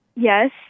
Yes